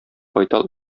байтал